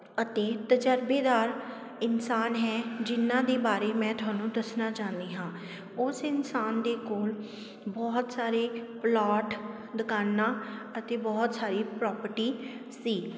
ਅਤੇ ਤਜਰਬੇਦਾਰ ਇਨਸਾਨ ਹੈ ਜਿਹਨਾਂ ਦੇ ਬਾਰੇ ਮੈਂ ਤੁਹਾਨੂੰ ਦੱਸਣਾ ਚਾਹੁੰਦੀ ਹਾਂ ਉਸ ਇਨਸਾਨ ਦੀ ਬਹੁਤ ਸਾਰੇ ਪਲੋਟ ਦੁਕਾਨਾਂ ਅਤੇ ਬਹੁਤ ਸਾਰੀ ਪ੍ਰੋਪਰਟੀ ਸੀ